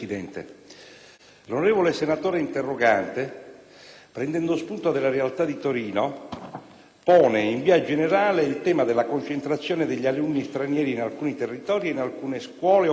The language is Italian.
l'onorevole senatrice interrogante, prendendo spunto dalla realtà di Torino, pone in via generale il tema della concentrazione degli alunni stranieri in alcuni territori e in alcune scuole o classi,